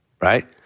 right